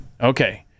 Okay